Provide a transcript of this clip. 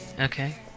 Okay